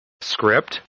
script